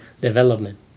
development